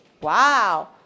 Wow